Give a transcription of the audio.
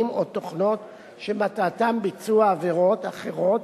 או תוכנות שמטרתם ביצוע עבירות אחרות,